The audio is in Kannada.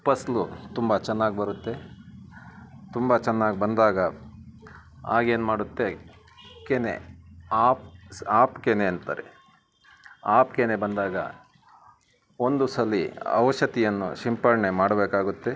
ಫಸ್ಲು ತುಂಬ ಚೆನ್ನಾಗ್ ಬರುತ್ತೆ ತುಂಬ ಚೆನ್ನಾಗ್ ಬಂದಾಗ ಆಗೇನು ಮಾಡುತ್ತೆ ಕೆನೆ ಆಪ್ ಆಪ್ ಕೆನೆ ಅಂತಾರೆ ಆಪ್ ಕೆನೆ ಬಂದಾಗ ಒಂದು ಸಲ ಔಷಧಿಯನ್ನು ಸಿಂಪಡಣೆ ಮಾಡಬೇಕಾಗುತ್ತೆ